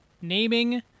naming